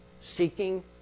seeking